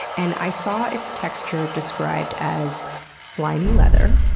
and i saw its texture described as slimy leather.